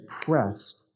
pressed